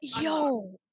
Yo